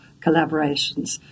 collaborations